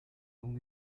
non